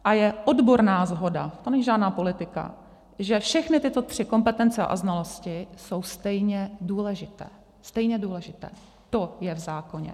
A je odborná shoda, to není žádná politika, že všechny tři kompetence a znalosti jsou stejně důležité stejně důležité, to je v zákoně.